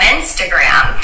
Instagram